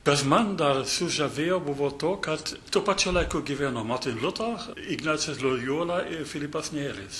kas man dar sužavėjo buvo to kad tuo pačiu laiku gyveno martin liuter ignacas lojola ir filipas nėris